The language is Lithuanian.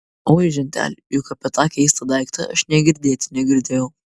oi ženteli juk apie tą keistą daiktą aš nė girdėti negirdėjau